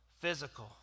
physical